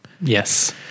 Yes